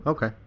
Okay